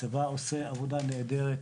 הצבא עושה עבודה נהדרת.